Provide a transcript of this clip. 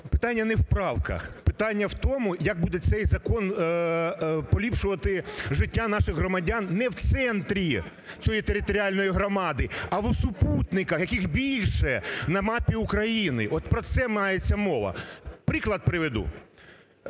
Питання не в правках, питання в тому, як буде цей закон поліпшувати життя наших громадян не в центрі цієї територіальної громади, а в у супутниках, яких більше на мапі України. От про це мається мова. Приклад приведу.